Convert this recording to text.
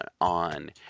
on